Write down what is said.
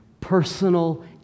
personal